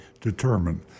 determined